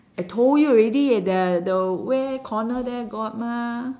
I told you already the the where corner there got mah